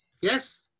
Yes